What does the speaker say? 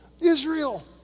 Israel